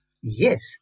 Yes